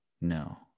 No